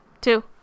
two